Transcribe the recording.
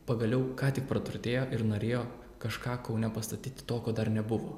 pagaliau ką tik praturtėjo ir norėjo kažką kaune pastatyti to ko dar nebuvo